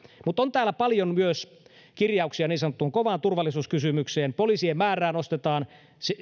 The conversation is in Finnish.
mutta on täällä paljon myös kirjauksia niin sanottuun kovaan turvallisuuskysymykseen poliisien määrää nostetaan